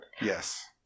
Yes